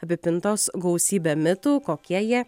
apipintos gausybe mitų kokie jie